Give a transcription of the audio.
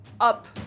up